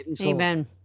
amen